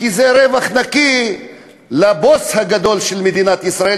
כי זה רווח נקי לבוס הגדול של מדינת ישראל,